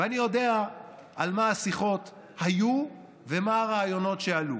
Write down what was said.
ואני יודע על מה השיחות היו ומה הרעיונות שעלו.